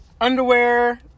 Underwear